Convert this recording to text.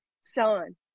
son